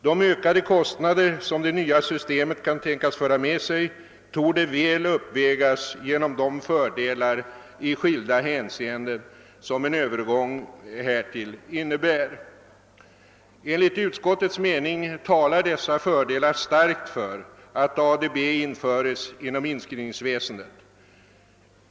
De ökade kostnader som det nya systemet kan tänkas föra med sig, torde väl uppvägas genom de fördelar i skilda hänsenden som en övergång härtill innebär. Enligt utskottets mening talar dessa fördelar starkt för att ADB införs inom inskrivningsväsendet.